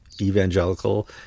evangelical